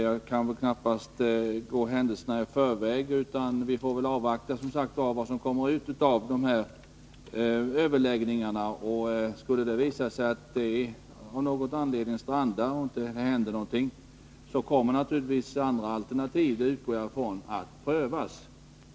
Jag kan knappast gå händelserna i förväg, utan vi får som sagt avvakta vad som kommer ut av överläggningarna. Skulle de av någon anledning stranda och det inte händer någonting kommer naturligtvis andra alternativ att prövas, det utgår jag från.